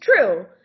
true